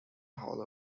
hall